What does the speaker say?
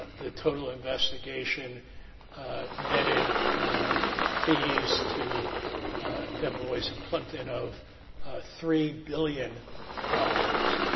the total investigation netted fees to debevoise and plimpton of three billion dollars.